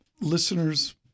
listeners